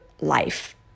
life